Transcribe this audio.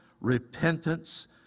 repentance